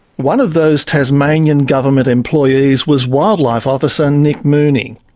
one of those tasmanian government employees was wildlife officer nick mooney.